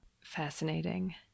Fascinating